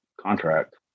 contract